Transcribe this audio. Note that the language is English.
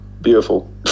beautiful